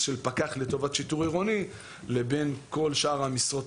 של פקח לטובת שיטור עירוני לבין כל שאר המשרות